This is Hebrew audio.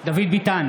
דוד ביטן,